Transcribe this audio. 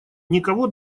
никого